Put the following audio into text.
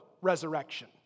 resurrection